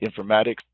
informatics